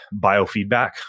biofeedback